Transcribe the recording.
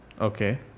Okay